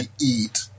eat